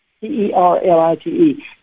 P-E-R-L-I-T-E